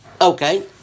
Okay